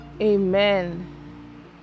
Amen